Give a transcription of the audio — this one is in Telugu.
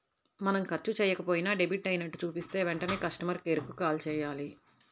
మనం ఖర్చు చెయ్యకపోయినా డెబిట్ అయినట్లు చూపిస్తే వెంటనే కస్టమర్ కేర్ కు కాల్ చేయాలి